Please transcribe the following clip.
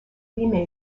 lee